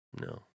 No